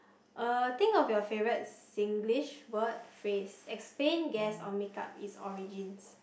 uh think of your favorite Singlish word phrase explain guess or make up its origins